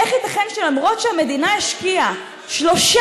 איך ייתכן שלמרות שהמדינה השקיעה 13